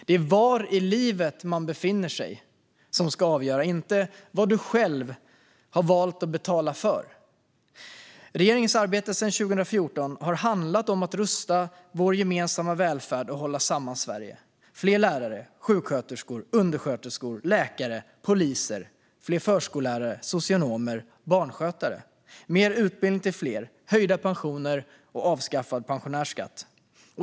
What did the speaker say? Det är var i livet man befinner sig som ska avgöra, inte vad du själv har valt att betala för. Regeringens arbete sedan 2014 har handlat om att rusta vår gemensamma välfärd och hålla samman Sverige. Det handlar om fler lärare, sjuksköterskor, undersköterskor, läkare och poliser, och fler förskollärare, socionomer och barnskötare. Det handlar om mer utbildning till fler, höjda pensioner och avskaffad pensionärsskatt.